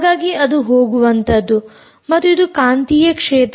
ಹಾಗಾಗಿ ಅದು ಹೋಗುವಂತದ್ದು ಮತ್ತು ಇದು ಕಾಂತೀಯ ಕ್ಷೇತ್ರ